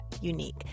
unique